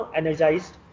energized